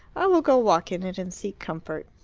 i will go walk in it and seek comfort.